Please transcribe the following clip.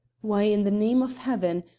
why, in the name of heaven!